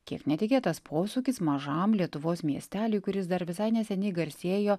kiek netikėtas posūkis mažam lietuvos miesteliui kuris dar visai neseniai garsėjo